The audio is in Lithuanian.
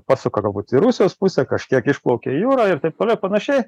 pasuka gal būt į rusijos pusę kažkiek išplaukia į jūrą ir taip toliau panašiai